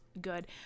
good